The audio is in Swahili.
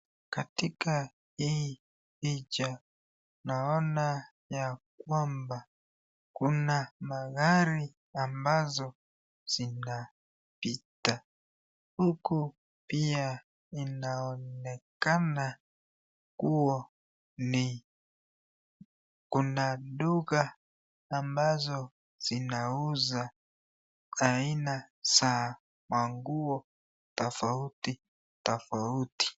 Katika hii picha naona ya kwamba kuna magari ambazo zinapita. Huku piainaonekana kuwa ni kuna duka ambazo zinauza aina za manguo tofauti tofauti.